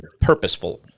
purposeful